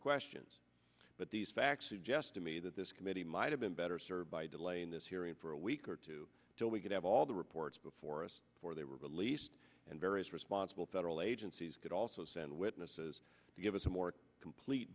questions but these facts suggest to me that this committee might have been better served by delaying this hearing for a week or two until we could have all the reports before us before they were released and various responsible federal agencies could also send witnesses to give us a more complete